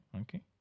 okay